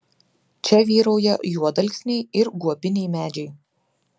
čia vyrauja juodalksniai ir guobiniai medžiai